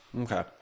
Okay